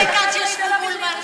קשקושים?